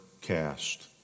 cast